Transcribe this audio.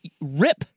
Rip